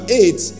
eight